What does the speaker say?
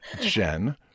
Jen